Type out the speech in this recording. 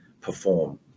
perform